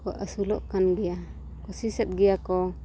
ᱠᱚ ᱟᱹᱥᱩᱞᱚᱜ ᱠᱟᱱ ᱜᱮᱭᱟ ᱠᱚᱥᱤᱥᱮᱜ ᱜᱮᱭᱟ ᱠᱚ